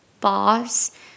boss